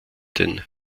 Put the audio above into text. den